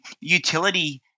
utility